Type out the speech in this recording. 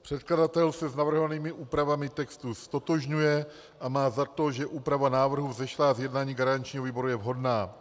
Předkladatel se s navrhovanými úpravami textu ztotožňuje a má za to, že úprava návrhu vzešlá z jednání garančního výboru je vhodná.